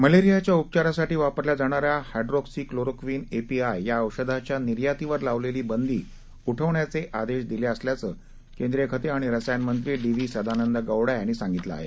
मलेरियाच्या उपचारासाठी वापरल्या जाणाऱ्या hydroxychloroquine A P I या औषधाच्या निर्यातीवर लावलेली बंदी उठवण्याचे आदेश दिले असल्याचं केंद्रीय खते आणि रसायन मंत्री डी व्ही सदानंद गौडा यांनी सांगितलं आहे